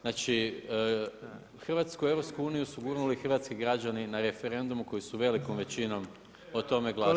Znači Hrvatsku u EU su gurnuli hrvatski građani na referendumu koju su velikom većinom o tome glasali.